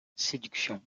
séduction